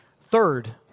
Third